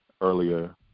earlier